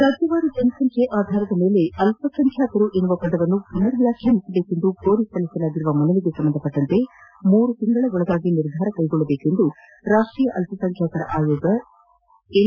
ರಾಜ್ಙವಾರು ಜನಸಂಖ್ಡೆಯ ಆಧಾರದ ಮೇಲೆ ಅಲ್ಲಸಂಖ್ಯಾತರು ಎಂಬ ಪದವನ್ನು ಪುನರ್ ವ್ಯಾಖ್ಯಾನಿಸುವಂತೆ ಕೋರಿ ಸಲ್ಲಿಸಲಾಗಿರುವ ಮನವಿಗೆ ಸಂಬಂಧಿಸಿದಂತೆ ಮೂರು ತಿಂಗಳ ಒಳಗಾಗಿ ನಿರ್ಧಾರ ಕೈಗೊಳ್ಳುವಂತೆ ರಾಷ್ಟೀಯ ಅಲ್ಪಸಂಖ್ಯಾತರ ಆಯೋಗ ಎನ್